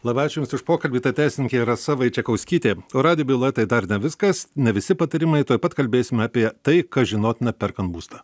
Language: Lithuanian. labai ačiū jums už pokalbį tai teisininkė rasa vaičekauskytė o radijo byloje tai dar ne viskas ne visi patarimai tuoj pat kalbėsim apie tai kas žinotina perkant būstą